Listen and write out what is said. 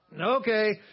Okay